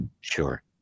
Sure